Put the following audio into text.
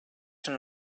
can